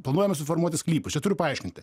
planuojame suformuoti sklypus čia turiu paaiškinti